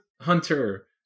Hunter